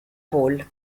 paul